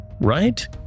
Right